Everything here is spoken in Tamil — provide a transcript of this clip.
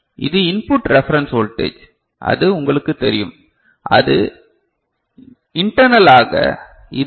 இது இன்புட் ரெபரன்ஸ் வோல்டேஜ் அது உங்களுக்குத் தெரியும் அது இண்டர்னலாக இது வி